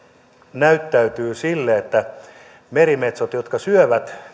näyttäytyy merimetsot syövät